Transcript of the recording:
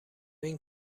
این